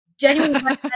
Genuinely